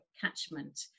catchment